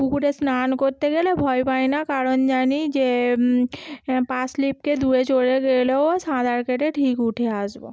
পুকুরে স্নান করতে গেলে ভয় পাই না কারণ জানি যে পা স্লিপকে দূরে চলে গেলেও সাঁতার কেটে ঠিক উঠে আসবো